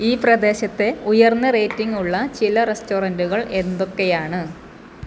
ഈ പ്രദേശത്തെ ഉയർന്ന റേറ്റിംഗ് ഉള്ള ചില റെസ്റ്റോറൻ്റുകൾ എന്തൊക്കെയാണ്